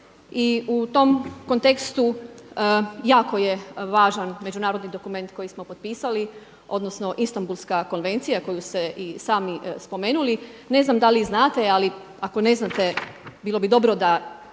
I u tom kontekstu jako je važan međunarodan dokument koji smo potpisali odnosno Istambulska konvencija koju ste i sami spomenuli. Ne znam da li znate ali ako ne znate bilo bi dobro da